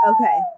Okay